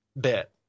bit